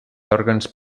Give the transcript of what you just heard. òrgans